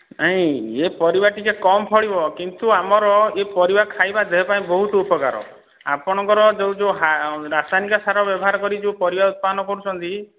ନାଇ ଇଏ ପରିବା ଟିକିଏ କମ୍ ଫଳିବ କିନ୍ତୁ ଆମର ଏ ପରିବା ଖାଇବା ଦେହ ପାଇଁ ବହୁତ ଉପକାର ଆପଣଙ୍କର ଯେଉଁ ଯେଉଁ ରାସାୟନିକ ସାର ବ୍ୟବହାର କରି ଯେଉଁ ପରିବା ଉତ୍ପାଦନ କରୁଛନ୍ତି